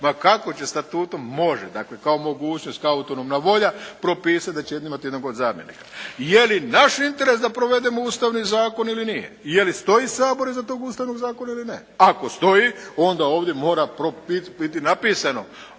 ma kako će statutom, može, dakle kao mogućnost, kao autonomna volja propisati da će jedni imati jednog od zamjenika. Je li naš interes da provedemo ustavni zakon ili nije? Je li stoji Sabor iza tog ustavnog zakona ili ne? Ako stoji, onda ovdje mora biti napisano